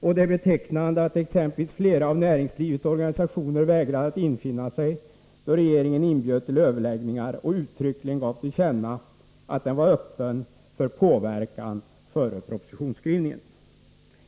Det är betecknande att exempelvis representanter för flera av näringslivets organisationer vägrade att infinna sig, då regeringen inbjöd till överläggningar och uttryckligen gav till känna att den var öppen för påverkan inför propositionens slutgiltiga utformning.